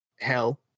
hell